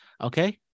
okay